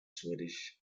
swedish